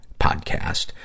podcast